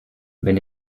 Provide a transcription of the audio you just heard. wenn